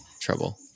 trouble